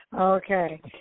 Okay